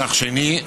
כרך שני,